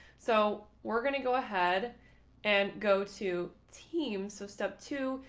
so we're going to go ahead and go to team. so step two,